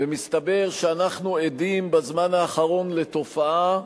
ומסתבר שאנחנו עדים בזמן האחרון לתופעה,